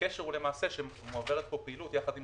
הקשר הוא שמועברת פה פעילות יחד עם